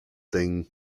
things